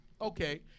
Okay